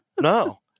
No